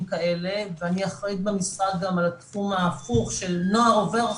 כאלה ואני אחראית במשרד גם על התחום ההפוך של נוער עובר חוק,